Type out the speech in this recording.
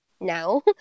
Now